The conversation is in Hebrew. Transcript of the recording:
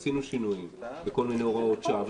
ועשינו שינויים בכל מיני הוראות שעה,